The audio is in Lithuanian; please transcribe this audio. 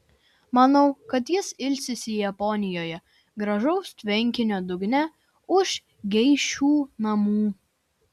manau kad jis ilsisi japonijoje gražaus tvenkinio dugne už geišų namų